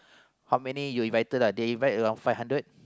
how many you invited ah they invite around five hundred